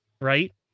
right